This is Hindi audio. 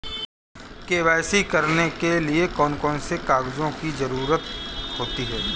के.वाई.सी करने के लिए कौन कौन से कागजों की जरूरत होती है?